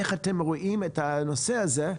איך אתם רואים את הנושא הזה.